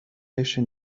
قشر